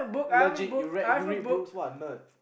legit you read you read books what a nerd